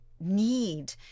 Need